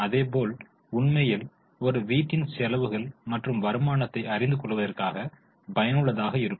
அதேபோல் உண்மையில் ஒரு வீட்டின் செலவுகள் மற்றும் வருமானத்தை அறிந்து கொள்வதற்காக பயனுள்ளதாக இருக்கும்